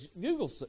Google